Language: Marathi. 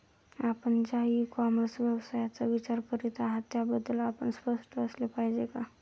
आपण ज्या इ कॉमर्स व्यवसायाचा विचार करीत आहात त्याबद्दल आपण स्पष्ट असले पाहिजे का?